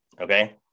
okay